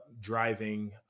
driving